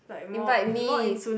invite me